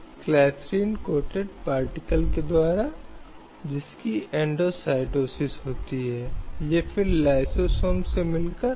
और इसलिए महिलाओं की इस सुरक्षा को सुनिश्चित करने का एक बेहतर तरीका यह था कि वे इस तरह के भोजनालयों या होटलों में कार्यरत न हों